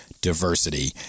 diversity